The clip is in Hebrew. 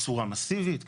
בצורה מאסיבית,